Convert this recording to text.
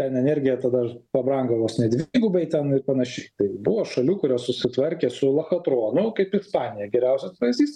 ten energija tada pabrango vos ne dvigubai ten ir panašiai tai buvo šalių kurios susitvarkė su lachatronu kaip ispanija geriausias pavyzdys